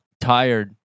Tired